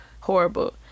Horrible